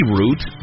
route